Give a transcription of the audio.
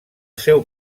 seu